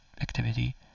Activity